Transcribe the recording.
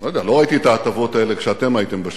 לא ראיתי את ההטבות האלה כשאתם הייתם בשלטון,